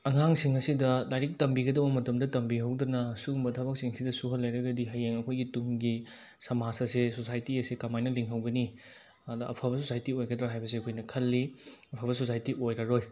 ꯑꯉꯥꯡꯁꯤꯡ ꯑꯁꯤꯗ ꯂꯥꯏꯔꯤꯛ ꯇꯝꯕꯤꯒꯗꯧꯕ ꯃꯇꯝꯗ ꯇꯝꯕꯤꯍꯧꯗꯅ ꯁꯤꯒꯨꯝꯕ ꯊꯕꯛꯁꯤꯡꯁꯤꯗ ꯁꯨꯍꯜ ꯂꯩꯔꯒꯗꯤ ꯍꯌꯦꯡ ꯑꯩꯈꯣꯏꯒꯤ ꯇꯨꯡꯒꯤ ꯁꯃꯥꯖ ꯑꯁꯦ ꯁꯣꯁꯥꯏꯇꯤ ꯑꯁꯦ ꯀꯃꯥꯏꯅ ꯂꯤꯡꯍꯧꯒꯅꯤ ꯑꯗ ꯑꯐꯕ ꯁꯣꯁꯥꯏꯇꯤ ꯑꯣꯏꯒꯗ꯭ꯔꯥ ꯍꯥꯏꯕꯁꯦ ꯑꯩꯈꯣꯏꯅ ꯈꯜꯂꯤ ꯑꯐꯕ ꯁꯣꯁꯥꯏꯇꯤ ꯑꯣꯏꯔꯔꯣꯏ